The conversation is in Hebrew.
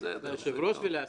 ליושב-ראש ולאסף.